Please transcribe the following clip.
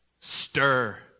Stir